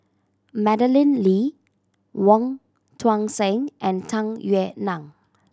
Madeleine Lee Wong Tuang Seng and Tung Yue Nang